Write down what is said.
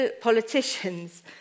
politicians